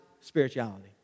spirituality